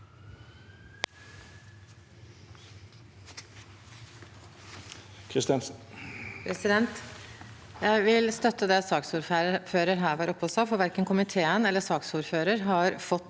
Jeg vil støtte det saksordføreren var oppe og sa, for verken komiteen eller saksordføreren har fått